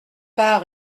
pas